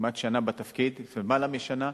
כמעט שנה בתפקיד, יותר משנה,